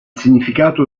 significato